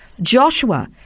Joshua